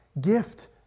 gift